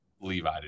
Levi